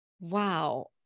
wow